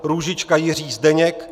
Růžička Jiří Zdeněk